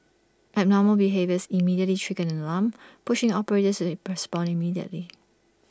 abnormal behaviours immediately trigger an alarm pushing operators to respond immediately